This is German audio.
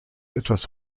etwas